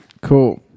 Cool